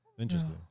Interesting